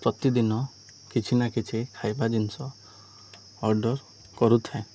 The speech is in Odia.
ପ୍ରତିଦିନ କିଛି ନା କିଛି ଖାଇବା ଜିନିଷ ଅର୍ଡ଼ର୍ କରୁଥାଏ